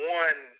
one